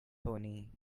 pony